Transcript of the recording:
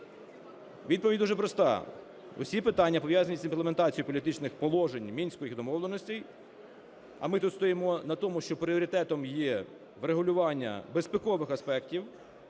Відповідь дуже проста. Усі питання, пов'язані з імплементацією політичних положень Мінських домовленостей – а ми тут стоїмо на тому, що пріоритетом є врегулювання безпекових аспектів,